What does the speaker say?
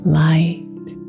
light